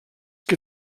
que